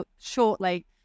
shortly